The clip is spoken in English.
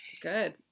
Good